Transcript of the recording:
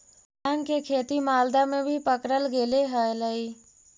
भाँग के खेती मालदा में भी पकडल गेले हलई